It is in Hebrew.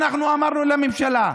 אנחנו אמרנו לממשלה,